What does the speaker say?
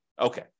Okay